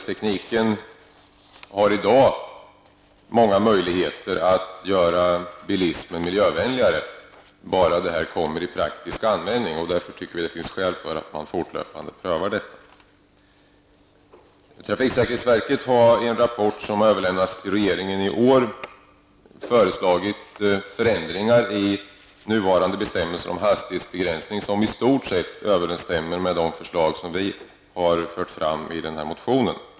Tekniken har i dag många möjligheter att göra bilismen miljövänligare; det gäller bara att låta dem komma till praktisk användning. Vi tycker därför att det finns skäl för en fortlöpande prövning av detta. Trafiksäkerhetsverket har i en rapport som överlämnats till regeringen i år föreslagit förändringar i nuvarande bestämmelser om hastighetsbegränsning som i stort sett överensstämmer med de förslag som vi har fört fram i den här motionen.